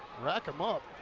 rack em up.